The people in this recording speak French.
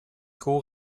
cour